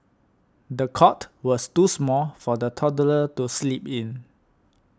the cot was too small for the toddler to sleep in